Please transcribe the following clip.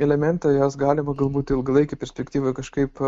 elementą jas galima galbūt ilgalaikėj perspektyvoj kažkaip